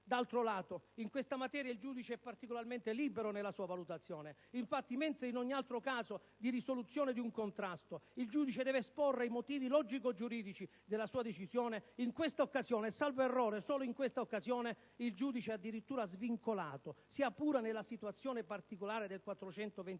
Dall'altro lato, in questa materia il giudice è particolarmente libero nella sua valutazione. Infatti, mentre in ogni altro caso di risoluzione di un contrasto, il giudice deve esporre i motivi logico-giuridici della sua decisione, in questa occasione (e, salvo errore, solo in questa occasione) il giudice è addirittura svincolato - sia pure nella situazione particolare